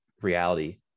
reality